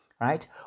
right